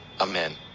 Amen